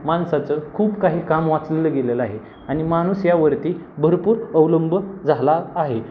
माणसाचं खूप काही काम वाचलेलं गेलेलं आहे आणि माणूस यावरती भरपूर अवलंब झाला आहे